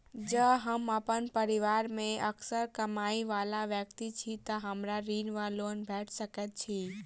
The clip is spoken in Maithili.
जँ हम अप्पन परिवार मे असगर कमाई वला व्यक्ति छी तऽ हमरा ऋण वा लोन भेट सकैत अछि?